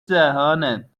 جهانند